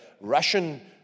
Russian